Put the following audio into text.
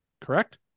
correct